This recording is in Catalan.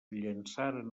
llançaren